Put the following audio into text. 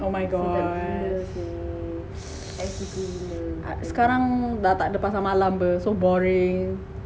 oh my gosh sekarang dah takde pasar malam b~ so boring